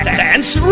dance